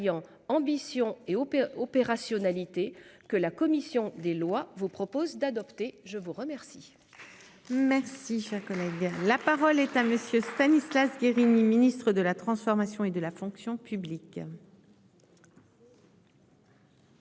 alliant ambition et opérationnalité que la commission des lois vous propose d'adopter. Je vous remercie. Merci, cher collègue, la parole est à monsieur Stanislas Guerini Ministre de la Transformation et de la fonction publique.